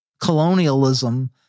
colonialism